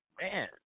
man